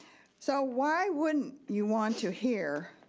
so why wouldn't you want to hear,